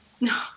No